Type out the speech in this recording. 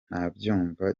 ntabyumva